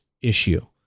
issue